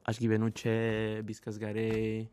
aš gyvenu čia viskas gerai